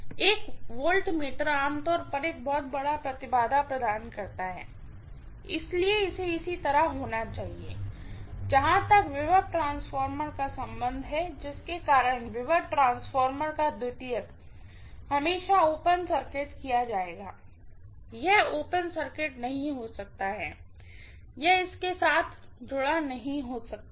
एक वाल्टमीटर आमतौर पर एक बहुत बड़ा इम्पीडेन्स प्रदान करता है इसलिए इसी तरह का होना चाहिए जहां तक वोल्टेज ट्रांसफार्मर का संबंध है जिसके कारण वोल्टेज ट्रांसफार्मर का सेकेंडरी हमेशा ओपन सर्किट किया जाएगा यह ओपन सर्किट नहीं हो सकता है या इसके साथ जुड़ा नहीं हो सकता है